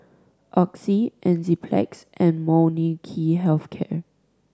Oxy Enzyplex and Molnylcke Health Care